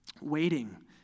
waiting